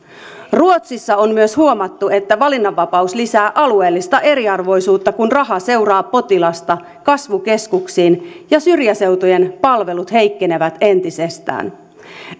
ruotsissa on myös huomattu että valinnanvapaus lisää alueellista eriarvoisuutta kun raha seuraa potilasta kasvukeskuksiin ja syrjäseutujen palvelut heikkenevät entisestään